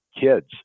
kids